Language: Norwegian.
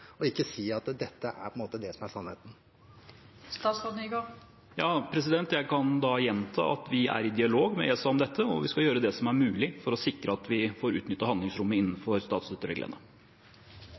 og ikke si at dette på en måte er det som er sannheten. Ja, jeg kan da gjenta at vi er i dialog med ESA om dette, og vi skal gjøre det som er mulig for å sikre at vi får utnyttet handlingsrommet